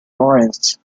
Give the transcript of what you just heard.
florence